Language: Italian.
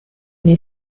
nei